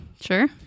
sure